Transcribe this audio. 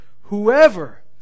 whoever